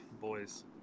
boys